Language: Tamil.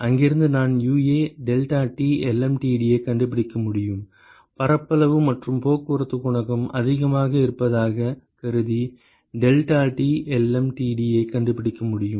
இங்கிருந்து நான் UA deltaT lmtd ஐக் கண்டுபிடிக்க முடியும் பரப்பளவு மற்றும் போக்குவரத்து குணகம் அதிகமாக இருப்பதாகக் கருதி deltaT lmtd ஐக் கண்டுபிடிக்க முடியும்